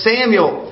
Samuel